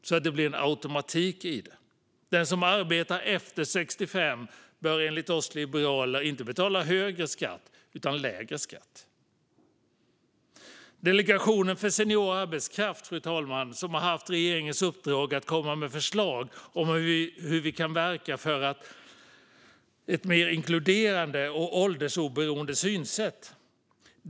Det borde bli en automatik i det. Den som arbetar efter 65 bör enligt oss liberaler inte betala högre skatt utan lägre. Delegationen för senior arbetskraft, fru talman, har haft regeringens uppdrag att komma med förslag om hur vi kan verka för ett mer inkluderande och åldersoberoende synsätt.